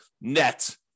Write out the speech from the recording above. net